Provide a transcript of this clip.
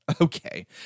Okay